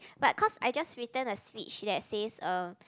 but cause I just written a speech that says uh